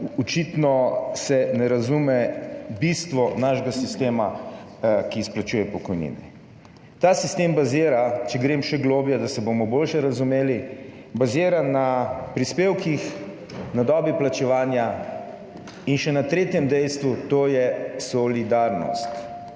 očitno se ne razume bistva našega sistema, ki izplačuje pokojnine. Ta sistem bazira, če grem še globlje, da se bomo boljše razumeli, na prispevkih, na dobi plačevanja in še na tretjem dejstvu, to je solidarnost.